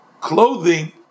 clothing